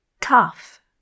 tough